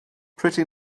pretty